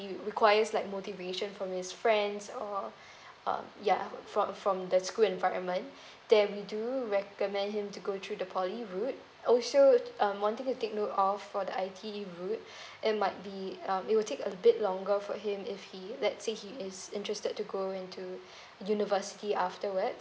requires like motivation from his friends or um yeah from from the school environment then we do recommend him to go through the poly route also um one thing to take note of for the I_T_E route it might be um it will take a bit longer for him if he let say he is interested to go into university afterwards